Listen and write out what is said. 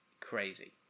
crazy